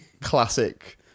classic